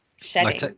Shedding